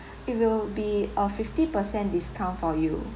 it will be uh fifty percent discount for you